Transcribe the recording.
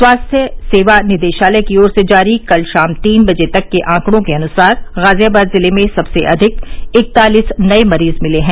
स्वास्थ्य सेवा निदेशालय की ओर से जारी कल शाम तीन बजे तक के आंकड़ों के अनुसार गाजियाबाद जिले में सबसे अधिक इकतालीस नए मरीज मिले हैं